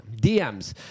DMs